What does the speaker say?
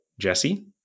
Jesse